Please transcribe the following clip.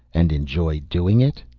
and enjoy doing it?